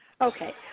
Okay